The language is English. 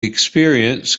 experience